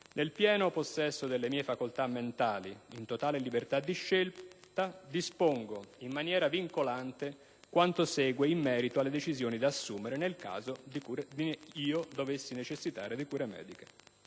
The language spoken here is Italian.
nel pieno possesso delle mie facoltà mentali, in totale libertà di scelta, dispongo in maniera vincolante quanto segue in merito alle decisioni da assumere nel caso in cui io dovessi necessitare di cure mediche.